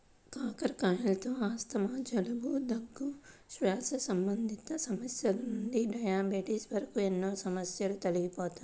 కాకరకాయలతో ఆస్తమా, జలుబు, దగ్గు, శ్వాస సంబంధిత సమస్యల నుండి డయాబెటిస్ వరకు ఎన్నో సమస్యలు తొలగిపోతాయి